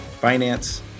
finance